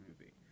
movie